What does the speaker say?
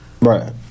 Right